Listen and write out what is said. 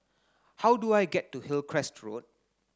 how do I get to Hillcrest Road